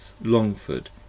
Longford